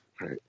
right